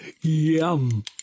Yum